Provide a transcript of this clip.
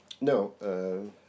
No